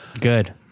Good